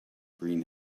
green